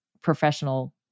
professional